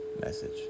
message